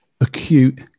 acute